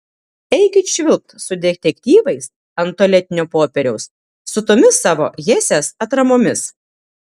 eikit švilpt su detektyvais ant tualetinio popieriaus su tomis savo hesės atramomis